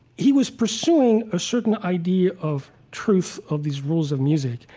he was pursuing a certain idea of truth of these rules of music.